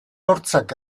hortzak